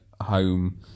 home